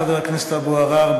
חבר הכנסת אבו עראר,